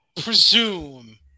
presume